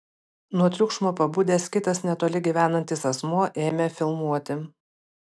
nuo triukšmo pabudęs kitas netoli gyvenantis asmuo ėmė filmuoti